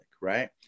Right